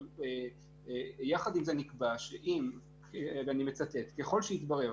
אבל יחד עם זה נקבע שאם, ואני מצטט: ככל שיתברר